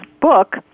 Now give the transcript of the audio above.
book